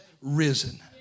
risen